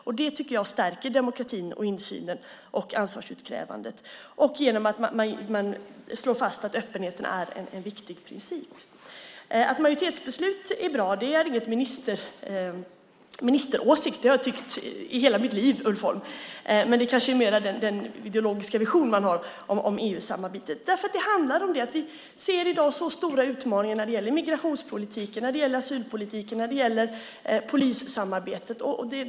Genom att man slår fast att öppenheten är en viktig princip tycker jag att man stärker demokratin, insynen och ansvarsutkrävandet. Att majoritetsbeslut är bra är ingen ministeråsikt. Det har jag tyckt i hela mitt liv, Ulf Holm. Men det kanske är mer den ideologiska vision man har om EU-samarbetet. Det handlar om att vi i dag ser stora utmaningar när det gäller migrationspolitiken, när det gäller asylpolitiken och när det gäller polissamarbetet.